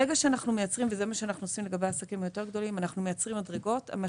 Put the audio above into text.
ברגע שאנחנו מייצרים מדרגות וזה מה שאנחנו